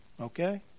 okay